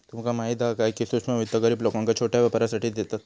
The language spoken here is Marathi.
तुमका माहीत हा काय, की सूक्ष्म वित्त गरीब लोकांका छोट्या व्यापारासाठी देतत